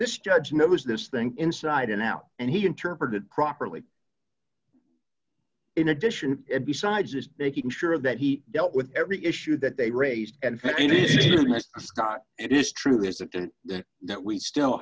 this judge knows this thing inside and out and he interpreted properly in addition besides is making sure that he dealt with every issue that they raised and scott it is true isn't it that we still